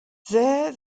there